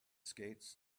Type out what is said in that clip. skates